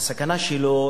הסכנה שלו,